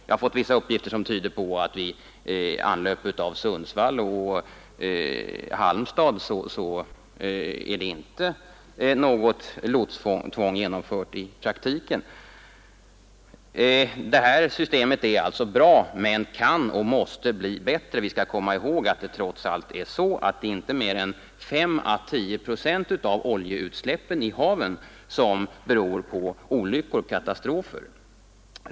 Jag har fått uppgifter som tyder på att inget lotstvång är genomfört i praktiken vid infart till Sundsvall och Halmstad. Att systemet finns är bra, men det kan och måste bli bättre. Vi skall komma ihåg att det inte är mer än 5 å 10 procent av oljeutsläppen i haven som beror på olyckor och katastrofer.